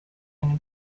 den